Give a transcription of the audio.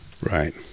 Right